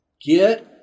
Get